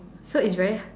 so it's very